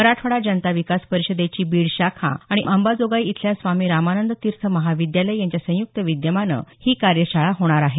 मराठवाडा जनता विकास परिषदेची बीड शाखा आणि अंबाजोगाई इथल्या स्वामी रामानंद तीर्थ महाविद्यालय यांच्या संयुक्त विद्यमानं ही कार्यशाळा होणार आहे